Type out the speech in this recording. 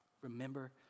Remember